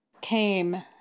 came